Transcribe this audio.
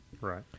Right